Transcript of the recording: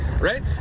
right